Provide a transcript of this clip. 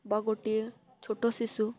ବା ଗୋଟିଏ ଛୋଟ ଶିଶୁ